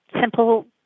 simple